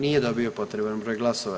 Nije dobio potreban broj glasova.